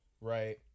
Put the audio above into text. Right